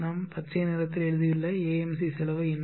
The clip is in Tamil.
நாம் பச்சை நிறத்தில் எழுதியுள்ள ஏஎம்சி செலவு என்ன